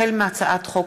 החל בהצעת חוק